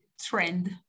trend